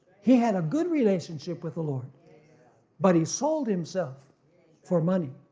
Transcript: he had a good relationship with the lord but he sold himself for money.